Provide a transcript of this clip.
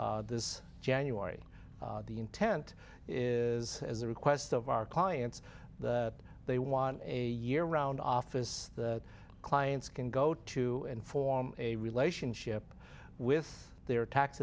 launched this january the intent is as a request of our clients that they want a year round office that clients can go to and form a relationship with their tax